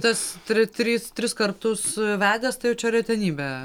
tas tri trys tris kartus vedęs tai jau čia retenybė